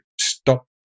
Stop